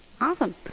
Awesome